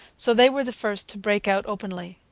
so they were the first to break out openly.